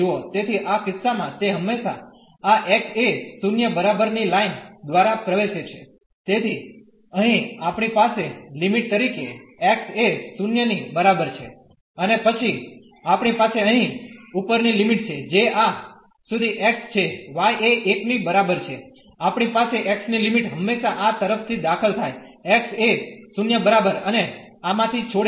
તેથી આ કિસ્સામાં તે હંમેશા આ x એ 0 બરાબર ની લાઈન દ્વારા પ્રવેશે છે તેથી અહીં આપણી પાસે લિમિટ તરીકે x એ 0 ની બરાબર છે અને પછી આપણી પાસે અહીં ઉપરની લિમિટ છે જે આ સુધી x છે y એ 1 ની બરાબર છે આપણી પાસે x ની લિમિટ હંમેશાં આ તરફ થી દાખલ થાય x એ 0 બરાબર અને આમાંથી છોડે છે